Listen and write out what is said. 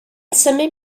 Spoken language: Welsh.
symud